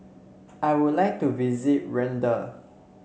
I would like to visit Rwanda